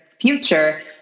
future